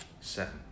seven